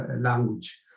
language